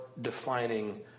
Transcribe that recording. defining